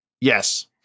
yes